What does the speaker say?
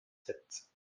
sept